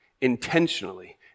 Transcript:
intentionally